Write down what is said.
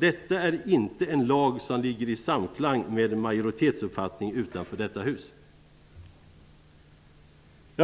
Detta är inte en lag som ligger i samklang med majoritetsuppfattningen utanför detta hus.